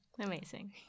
amazing